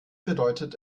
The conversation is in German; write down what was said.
bedeutet